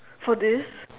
for this